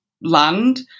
land